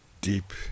deep